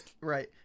Right